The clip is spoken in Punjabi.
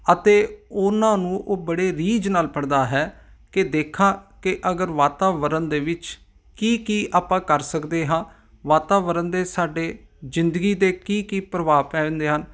ਅਤੇ ਉਹਨਾਂ ਨੂੰ ਉਹ ਬੜੇ ਰੀਝ ਨਾਲ ਪੜ੍ਹਦਾ ਹੈ ਕਿ ਦੇਖਾਂ ਕਿ ਅਗਰ ਵਾਤਾਵਰਨ ਦੇ ਵਿੱਚ ਕੀ ਕੀ ਆਪਾਂ ਕਰ ਸਕਦੇ ਹਾਂ ਵਾਤਾਵਰਨ ਦੇ ਸਾਡੇ ਜ਼ਿੰਦਗੀ ਦੇ ਕੀ ਕੀ ਪ੍ਰਭਾਵ ਪੈਂਦੇ ਹਨ